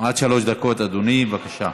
עד שלוש דקות, אדוני, בבקשה.